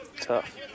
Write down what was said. Tough